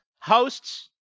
hosts